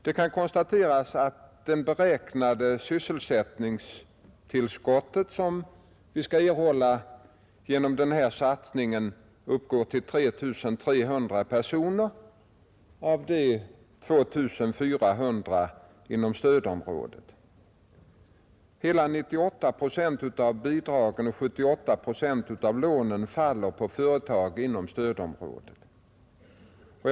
Det beräknades att det sysselsättningstillskott som vi skall erhålla genom denna satsning uppgår till 3 300 årsarbeten, därav 2 400 inom stödområdet. Hela 98 procent av bidragen och 78 procent av lånen faller på företag inom stödområdet.